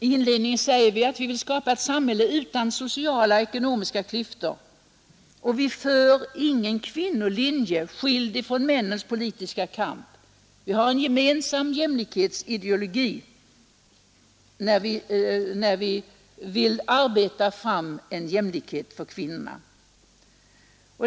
I inledningen säger vi att vi vill skapa ett samhälle utan sociala och ekonomiska klyftor, att vi inte för någon kvinnolinje, skild från männens politiska kamp, och att vi har en gemensam j arbeta fram en jämlikhet för kvinnorna.